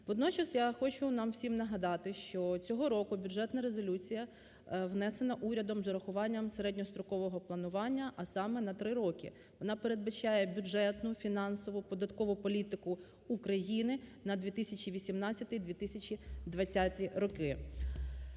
Водночас я хочу нам всім нагадати, що цього року бюджетна резолюція внесена урядом з урахуванням середньострокового планування, а саме на три роки, вона передбачає бюджетну, фінансову, податкову політику України на 2018-2020 роки.